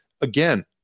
Again